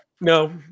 No